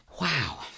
Wow